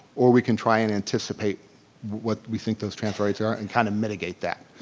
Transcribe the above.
or we can try and anticipate what we think those transfer rates are and kind of mitigate that.